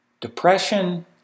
Depression